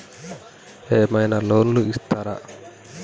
ఏమైనా లోన్లు ఇత్తరా?